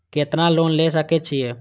केतना लोन ले सके छीये?